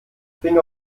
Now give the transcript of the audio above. bringe